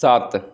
सात